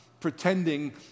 Pretending